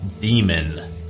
demon